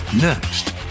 Next